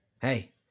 hey